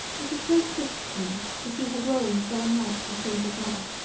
it is great grif to me to see her growing so unlike her sainted mother!